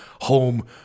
home